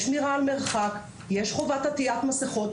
יש שמירה על מרחק, יש חובת עטיית מסכות.